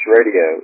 Radio